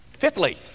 Fifthly